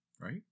Right